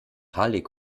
hallig